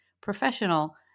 professional